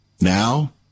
Now